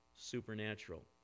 supernatural